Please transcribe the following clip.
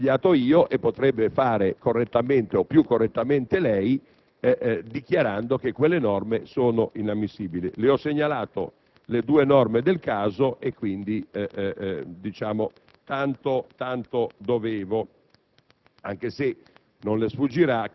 nel senso che posso aver sbagliato io e potrebbe fare correttamente o più correttamente lei, dichiarando quelle norme inammissibili. Le ho segnalato le due norme del caso e tanto dovevo,